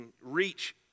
reach